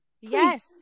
Yes